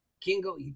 Kingo